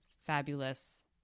fabulous